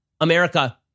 America